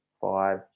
five